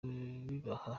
bibaha